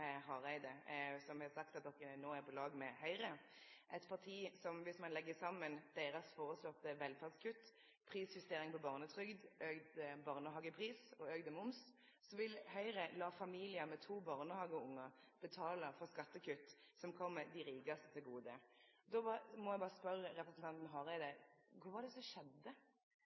Hareide har sagt at dei no er på lag med Høgre, eit parti som, viss ein legg saman deira føreslegne velferdskutt, prisjustering på barnetrygd, auka barnehagepris og auka moms, vil la familiar med to barnehageungar betale for skattekutt som kjem dei rikaste til gode. Då må eg berre spørje representanten Hareide: Kva var det som skjedde?